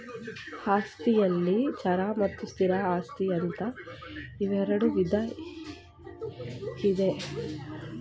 ಆಸ್ತಿಯಲ್ಲಿ ಚರ ಮತ್ತು ಸ್ಥಿರ ಆಸ್ತಿ ಅಂತ ಇರುಡು ವಿಧ ಇದೆ